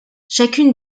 chacune